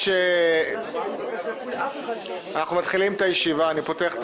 אני פותח את